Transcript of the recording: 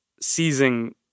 seizing